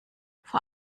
vor